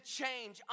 change